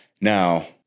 Now